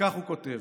וכך הוא כותב: